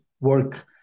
work